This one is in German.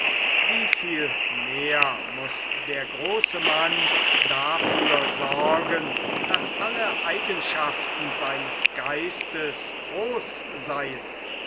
wie viel mehr muß der große mann dafür sorgen daß alle eigenschaften seines geistes groß seien